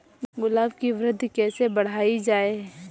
गुलाब की वृद्धि कैसे बढ़ाई जाए?